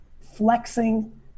flexing